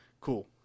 Cool